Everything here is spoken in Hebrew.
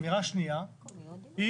אמירה שנייה היא